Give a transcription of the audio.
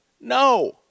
No